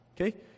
Okay